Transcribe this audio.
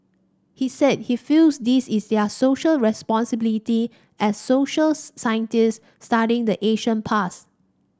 he said he feels this is their Social Responsibility as socials scientists studying the ancient past